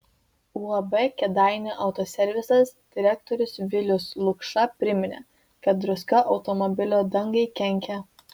uab kėdainių autoservisas direktorius vilius lukša priminė kad druska automobilio dangai kenkia